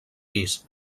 pis